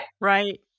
Right